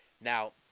now